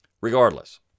regardless